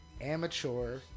amateur